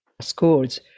schools